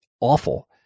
awful